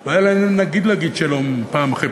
לא היה להם נעים להגיד שלום פעם אחרי